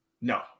No